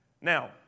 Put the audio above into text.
Now